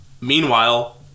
Meanwhile